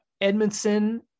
Edmondson